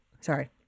sorry